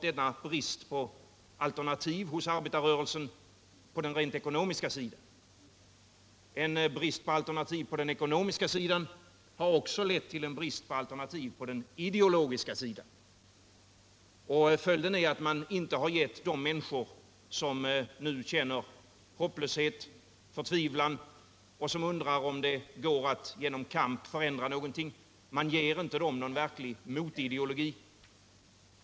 En brist på alternativ hos arbetarrörelsen på den ekonomiska sidan har lett till en brist på alternativ på den ideologiska sidan. Man har inte gett de människor, som nu känner hopplöshet och förtvivlan och som undrar om det går att genom kamp förändra någonting, en verklig motideologi.